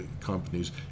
companies